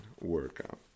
workout